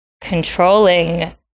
controlling